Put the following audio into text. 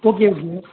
okay okay